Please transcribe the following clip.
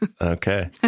Okay